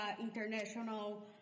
international